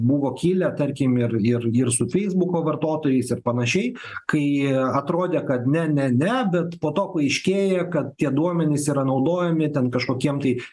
buvo kilę tarkim ir ir ir su feisbuko vartotojais ir panašiai kai atrodė kad ne ne ne bet po to paaiškėja kad tie duomenys yra naudojami ten kažkokiem tai